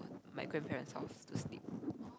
my grandparents' house to sleep